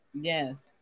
Yes